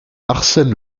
arsène